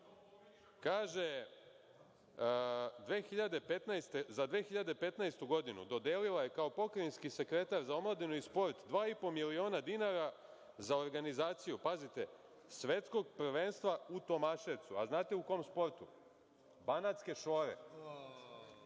kaže za 2015. godinu dodelila je, kao pokrajinski sekretar za omladinu i sport, 2,5 miliona dinara za organizaciju, pazite, svetskog prvenstva u Tomaševcu. Da li znate u kom sportu? Banatske